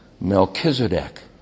Melchizedek